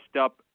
up